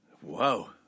Whoa